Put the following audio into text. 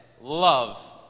love